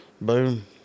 boom